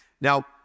Now